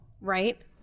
Right